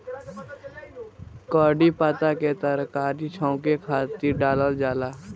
कढ़ी पत्ता के तरकारी छौंके के खातिर डालल जाला